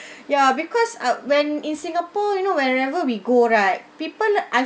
ya because ah when in singapore you know wherever we go right people I